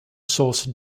source